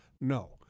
No